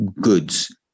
goods